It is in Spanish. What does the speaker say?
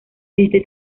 este